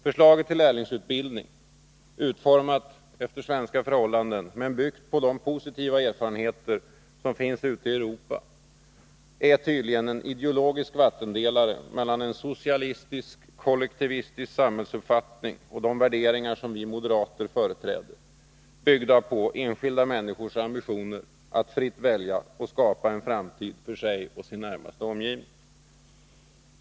Förslaget till lärlingsutbildning, utformat efter svenska förhållanden men byggt på de positiva erfarenheter som finns ute i Europa, är tydligen en ideologisk vattenpelare mellan en socialistisk-kollektivistisk samhällsuppfattning och de värderingar som vi moderater företräder, byggda på enskilda människors ambitioner att fritt välja och skapa en framtid för sig och sin närmaste omgivning.